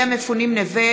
בנושא: